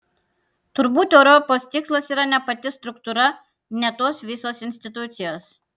turbūt europos tikslas yra ne pati struktūra ne tos visos institucijos